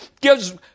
gives